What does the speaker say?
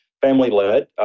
family-led